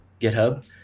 github